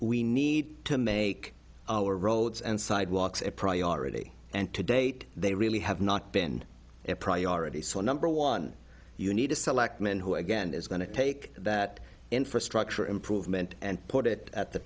we need to make our roads and sidewalks a priority and to date they really have not been a priority so number one you need a selectman who again is going to take that infrastructure improvement and put it at the